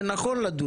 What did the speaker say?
זה נכון לדון על זה.